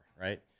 right